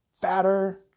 fatter